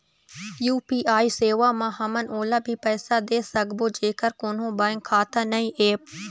UPI सेवा म हमन ओला भी पैसा दे सकबो जेकर कोन्हो बैंक खाता नई ऐप?